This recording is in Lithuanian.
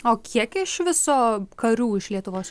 o kiek iš viso karių iš lietuvos